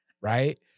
Right